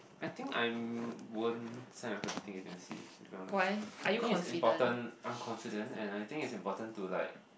I think I'm won't sign up with a dating agency to be honest I think it's important I'm confident and I think it's important to like